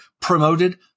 promoted